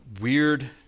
weird